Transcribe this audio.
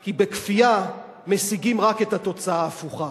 כי בכפייה משיגים רק את התוצאה ההפוכה.